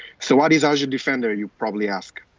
so what is azure defender, you'd probably ask.